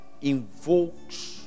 invokes